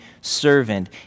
servant